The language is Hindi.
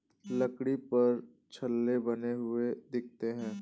लकड़ी पर छल्ले बने हुए दिखते हैं